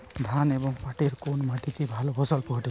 ধান এবং পাটের কোন মাটি তে ভালো ফলন ঘটে?